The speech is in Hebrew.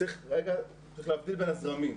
צריך להבדיל בין הזרמים.